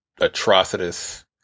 Atrocitus